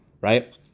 right